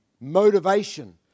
Motivation